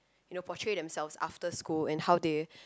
you know portray themselves after school and how they